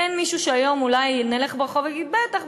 אין מישהו שהיום נלך ברחוב ולא יגיד: בטח,